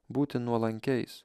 būti nuolankiais